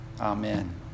Amen